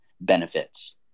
benefits